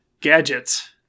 gadgets